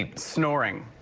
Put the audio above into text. ah snoring.